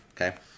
Okay